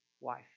wife